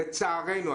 לצערנו,